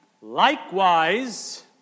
Likewise